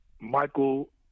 Michael